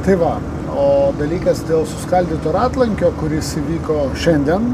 tai va o dalykas dėl suskaldyto ratlankio kuris įvyko šiandien